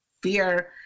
fear